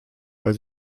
weil